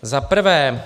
Za prvé.